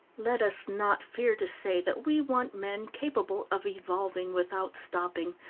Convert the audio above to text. let us not fear to say that we want men capable of evolving without stopping,